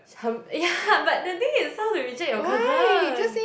her yeah but the thing is how to reject your cousin